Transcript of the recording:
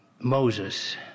Moses